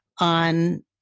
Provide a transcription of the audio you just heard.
on